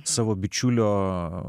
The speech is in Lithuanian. savo bičiulio